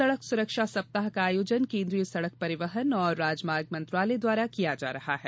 सड़क सुरक्षा सप्ताह का आयोजन केन्द्रीय सड़क परिवहन एवं राजमार्ग मंत्रालय द्वारा किया जा रहा है